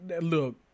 Look